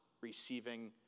receiving